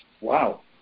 Wow